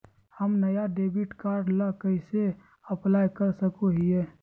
हम नया debit card ला कइसे अप्लाई कर सको हियै?